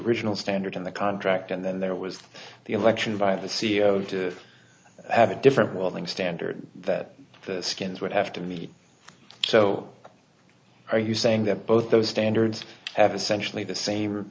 original standard in the contract and then there was the election by the c e o to have a different welding standard that the skins would have to be so are you saying that both those standards have essentially the same